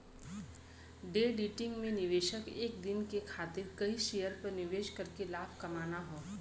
day trading में निवेशक एक दिन के खातिर कई शेयर पर निवेश करके लाभ कमाना हौ